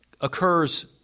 occurs